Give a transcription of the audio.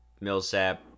Millsap